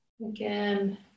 Again